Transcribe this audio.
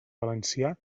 valencià